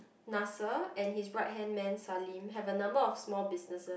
Nasser and his right hand man Salim have a number of small businesses